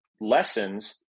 lessons